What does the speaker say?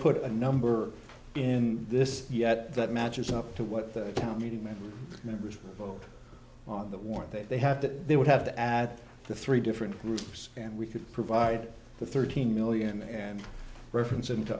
put a number in this yet that matches up to what the town meeting many members vote on that want that they have that they would have to add the three different groups and we could provide the thirteen million and reference into